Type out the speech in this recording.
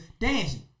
dancing